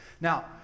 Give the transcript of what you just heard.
Now